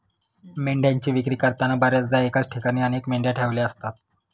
मेंढ्यांची विक्री करताना बर्याचदा एकाच ठिकाणी अनेक मेंढ्या ठेवलेल्या असतात